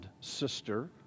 sister